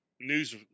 news